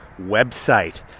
website